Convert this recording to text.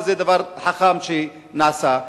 וזה דבר חכם שנעשה,